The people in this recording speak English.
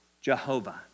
Jehovah